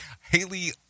Haley